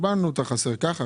היה כתוב: חסר ככה,